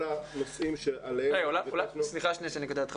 הנושאים שעליהם --- סליחה שאני קוטע אותך.